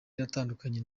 yaratandukanye